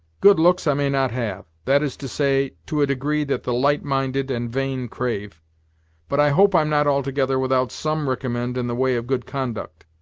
good looks i may not have that is to say, to a degree that the light-minded and vain crave but i hope i'm not altogether without some ricommend in the way of good conduct.